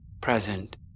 present